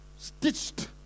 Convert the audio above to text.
stitched